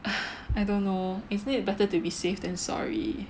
I don't know isn't it better to be safe than sorry